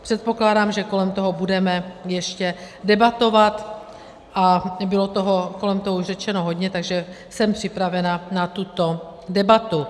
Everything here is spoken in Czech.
Předpokládám, že kolem toho budeme ještě debatovat, a bylo toho kolem toho už řečeno hodně, takže jsem připravena na tuto debatu.